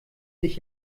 dich